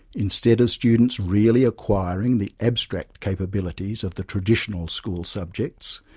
instead of students really acquiring the abstract capabilities of the traditional school subjects,